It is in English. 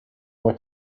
what